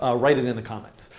ah write it in the comments.